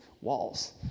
walls